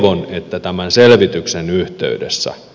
on että tämän selvityksen yhteydessä